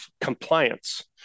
compliance